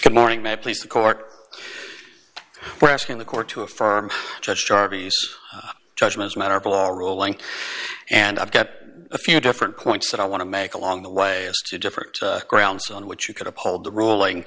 good morning my police court we're asking the court to affirm judge darby judgments matter ball rolling and i've got a few different points that i want to make along the way to different grounds on which you could uphold the ruling